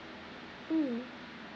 mm